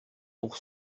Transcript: pour